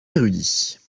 érudits